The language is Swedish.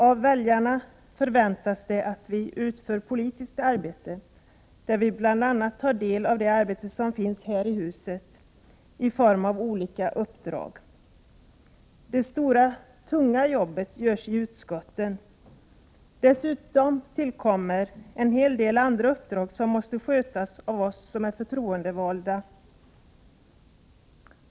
Av väljarna förväntas det att vi utför politiskt arbete, där vi bl.a. tar del av den verksamhet som bedrivs här i huset i form av olika uppdrag. Det stora, tunga jobbet görs ju i utskotten. Dessutom tillkommer en hel del andra uppdrag som måste skötas av oss som är förtroendevalda.